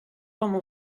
forment